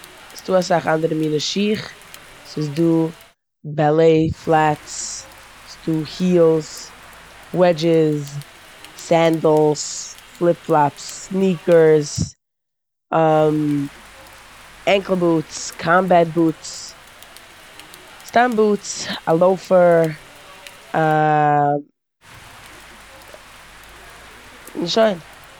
ס'דא אסאך אנדערע מינע שיך. ס'דא באלעטפלעטס, ס'דא הילס, וועדשעס, סענדעלס, פליפ-פלאפס, סניקערס, ענקל בוטס, קאמבעט בוטס, סתם בוטס, א לאופער, א- און שוין.